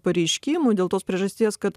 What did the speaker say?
pareiškimų dėl tos priežasties kad